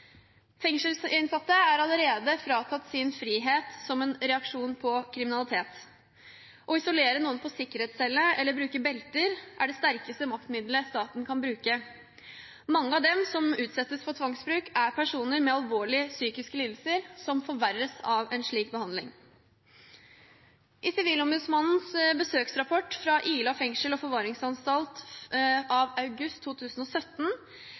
Fengselsinnsatte er allerede fratatt sin frihet som en reaksjon på kriminalitet. Å isolere noen på sikkerhetscelle eller bruke belter er det sterkeste maktmiddelet staten kan bruke. Mange av dem som utsettes for tvangsbruk, er personer med alvorlige psykiske lidelser, som forverres av en slik behandling. I Sivilombudsmannens besøksrapport fra Ila fengsel og forvaringsanstalt av august 2017